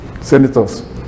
senators